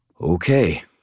Okay